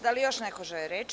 Da li još neko želi reč?